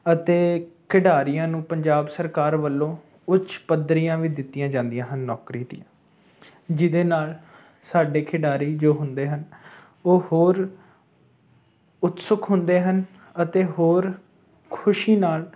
ਅਤੇ ਖਿਡਾਰੀਆਂ ਨੂੰ ਪੰਜਾਬ ਸਰਕਾਰ ਵੱਲੋਂ ਉੱਚ ਪੱਧਰੀਆਂ ਵੀ ਦਿੱਤੀਆਂ ਜਾਂਦੀਆਂ ਹਨ ਨੌਕਰੀ ਦੀਆਂ ਜਿਹਦੇ ਨਾਲ ਸਾਡੇ ਖਿਡਾਰੀ ਜੋ ਹੁੰਦੇ ਹਨ ਉਹ ਹੋਰ ਉਤਸੁਕ ਹੁੰਦੇ ਹਨ ਅਤੇ ਹੋਰ ਖੁਸ਼ੀ ਨਾਲ